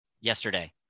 yesterday